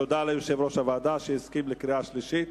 תודה ליושב-ראש הוועדה, שהסכים לקריאה שלישית.